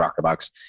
rockerbox